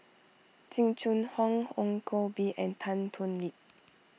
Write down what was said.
Jing Jun Hong Ong Koh Bee and Tan Thoon Lip